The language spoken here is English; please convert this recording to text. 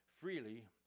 freely